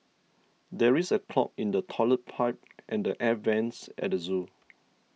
there is a clog in the Toilet Pipe and the Air Vents at the zoo